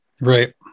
Right